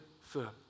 firm